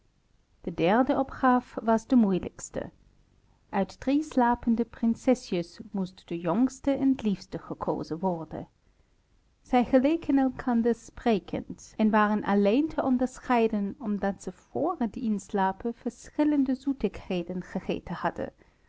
de derde opgaaf was de moeilijkste uit drie slapende prinsesjes moest de jongste en liefste gekozen worden zij geleken elkander sprekend en waren alleen te onderscheiden omdat zij vr het inslapen verschillende zoetigheden gegeten hadden